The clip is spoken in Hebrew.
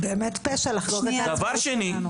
באמת פשע לחגוג את העצמאות שלנו.